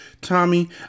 Tommy